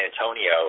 Antonio